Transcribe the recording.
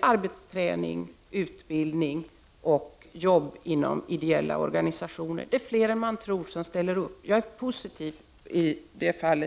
arbetsträning, utbildning och arbete i ideella organisationer. Det är fler än man tror som ställer upp. Jag är positivt inställd i det fallet.